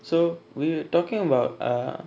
so we're talking about uh